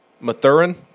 Mathurin